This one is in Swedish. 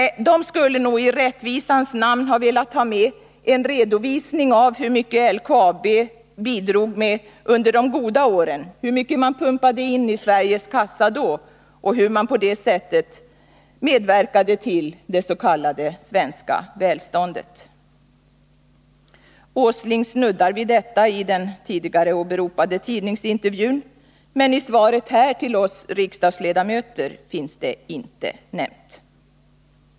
Nej, de skulle nog i rättvisans namn velat ha med en redovisning av hur mycket LKAB bidrog med under de goda åren, hur mycket man pumpade in i Sveriges kassa då och hur man på det sättet medverkade till det s.k. svenska välståndet. Nils Åsling snuddar vid detta i den tidigare åberopade tidningsintervjun, men i svaret här till oss riksdagsledamöter finns det inte nämnt.